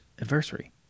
adversary